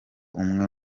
umwe